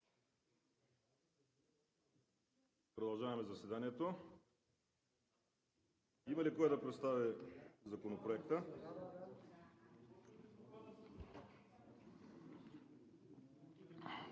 Продължаваме заседанието. Има ли кой да представи Законопроекта?